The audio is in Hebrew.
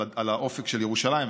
על האופק של ירושלים,